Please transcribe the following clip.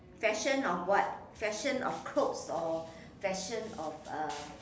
fashion of what fashion of clothes or fashion of uh